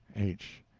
h.